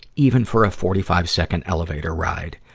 even for a forty five second elevator ride.